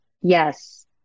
Yes